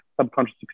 subconscious